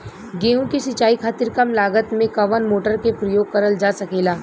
गेहूँ के सिचाई खातीर कम लागत मे कवन मोटर के प्रयोग करल जा सकेला?